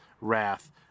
wrath